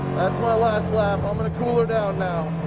my last lap. i'm going to cool her down now.